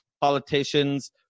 politicians